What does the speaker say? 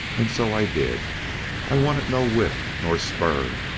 and so i did i wanted no whip nor spur,